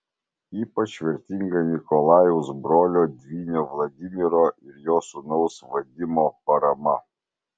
ypač vertinga nikolajaus brolio dvynio vladimiro ir jo sūnaus vadimo parama